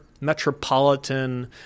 metropolitan